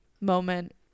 moment